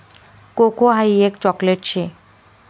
cocoa हाई एक chocolate शे